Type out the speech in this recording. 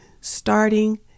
starting